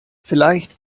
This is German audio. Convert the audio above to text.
vielleicht